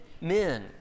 men